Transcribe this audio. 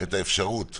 את האפשרות